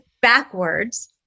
backwards